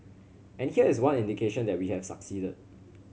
and here is one indication that we have succeeded